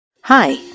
Hi